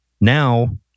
Now